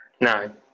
No